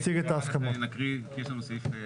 להציג את ההסכמות, בבקשה.